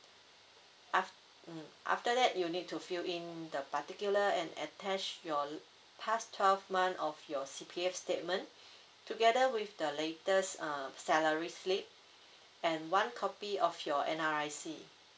af~ mm after that you need to fill in the particular and attach your past twelve month of your C_P_F statement together with the latest uh salary slip and one copy of your N_R_I_C